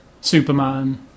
Superman